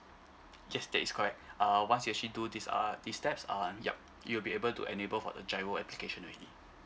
yes that is correct uh once you actually do this err these steps uh yup you'll be able to enable for the GIRO application already